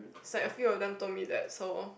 is like a few of them told me that so